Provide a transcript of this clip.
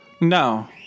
No